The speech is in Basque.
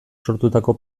sortutako